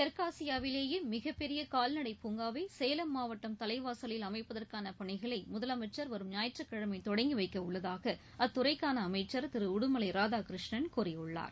தெற்காசியாவிலேயே மிகப்பெரிய கால்நடை பூங்காவை சேலம் மாவட்டம் தலைவாசலில் அமைப்பதற்கான பணிகளை முதலமைச்சர் வரும் ஞாயிற்றுக்கிழமை தொடங்கிவைக்கவுள்ளதாக அத்துறைக்கான அமைச்சர் திரு உடுமலை ராதாகிருஷ்ணன் கூறியுள்ளார்